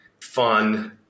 fun